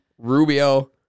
Rubio